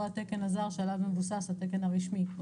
או התקן הזר שעליו מבוסס התקן הרשמי.